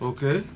Okay